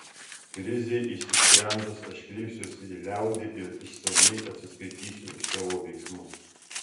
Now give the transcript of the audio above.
krizei išsisprendus aš kreipsiuosi į liaudį ir išsamiai atsiskaitysiu už savo veiksmus